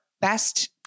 best